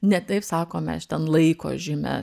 ne taip sakom mes ten laiko žymes